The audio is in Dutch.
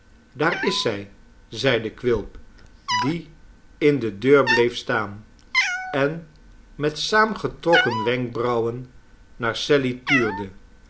daar is zij zeide quilp die in de deur bleef staan en met saamgetrokken wenkbrauwen naar sally tuurde